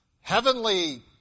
heavenly